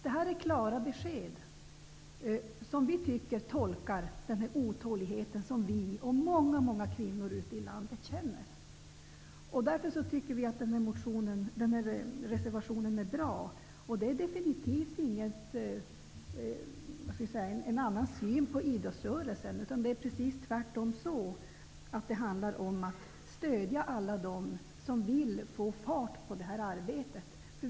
Det här är klara besked som vi tycker tolkar den otålighet som vi och många, många kvinnor ute i landet känner. Därför tycker vi att reservationen är bra. Det är inte fråga om någon annan syn på idrottsrörelsen, utan det är tvärtom så att det handlar om att stödja alla dem som vill få fart på det här arbetet.